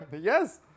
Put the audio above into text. Yes